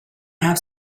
have